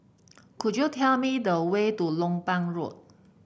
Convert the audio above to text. could you tell me the way to Lompang Road